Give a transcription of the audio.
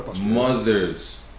mothers